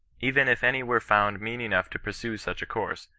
even if any were found mean enough to pursue such a course,